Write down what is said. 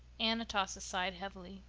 aunt atossa sighed heavily,